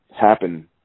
happen